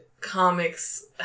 comics